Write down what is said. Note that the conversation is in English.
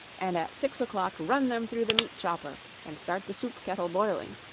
and at six o'clock run them through the meat chopper and start the soup kettle boiling.